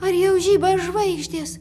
ar jau žiba žvaigždės